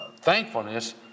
thankfulness